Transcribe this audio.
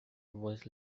was